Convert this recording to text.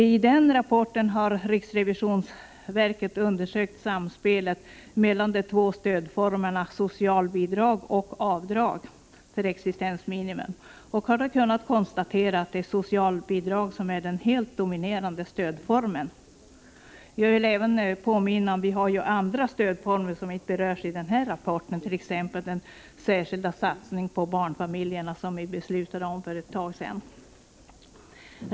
I den rapporten har riksrevisionsverket undersökt samspelet mellan de två stödformerna socialbidrag och avdrag för existensminimum och har då kunnat konstatera att socialbidrag är den helt dominerande stödformen. Vi har ju även andra stödformer, som inte berörs i den här rapporten, t.ex. den särskilda satsning på barnfamiljerna som vi beslutade om för ett tag sedan.